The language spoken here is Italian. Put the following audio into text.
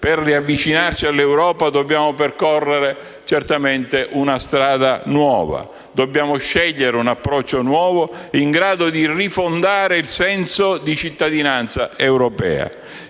per riavvicinarci all'Europa dobbiamo percorrere certamente una strada nuova, dobbiamo scegliere un approccio nuovo in grado di rifondare il senso di cittadinanza europea.